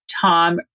Tom